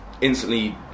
Instantly